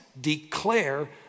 declare